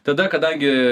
tada kadangi